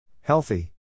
Healthy